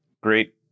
great